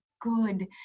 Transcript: good